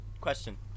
Question